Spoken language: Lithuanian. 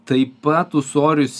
taip pat ūsorius